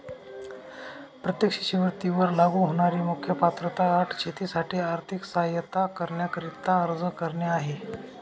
प्रत्येक शिष्यवृत्ती वर लागू होणारी मुख्य पात्रता अट शेतीसाठी आर्थिक सहाय्यता करण्याकरिता अर्ज करणे आहे